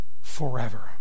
forever